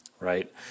right